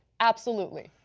absolutely.